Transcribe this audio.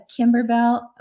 Kimberbell